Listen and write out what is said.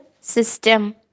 system